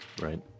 Right